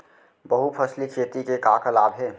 बहुफसली खेती के का का लाभ हे?